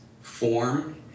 form